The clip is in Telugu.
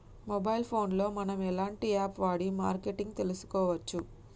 మొబైల్ ఫోన్ లో మనం ఎలాంటి యాప్ వాడి మార్కెటింగ్ తెలుసుకోవచ్చు?